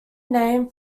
name